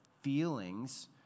feelings